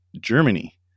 Germany